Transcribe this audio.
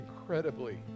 incredibly